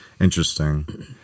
Interesting